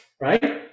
right